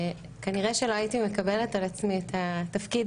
כנראה שלא הייתי מקבלת על עצמי את התפקיד